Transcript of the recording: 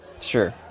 Sure